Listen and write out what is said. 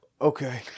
okay